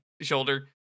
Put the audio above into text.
shoulder